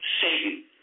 Satan